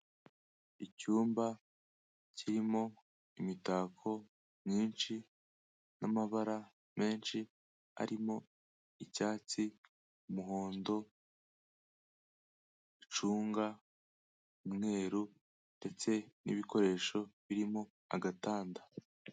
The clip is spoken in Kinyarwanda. Icyumba kirimo imitako myinshi n'amabara menshi, arimo icyatsi, umuhondo, icunga, umweru ndetse n'ibikoresho birimo agatanda.